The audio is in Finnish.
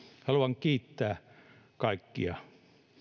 haluan kiittää kaikkia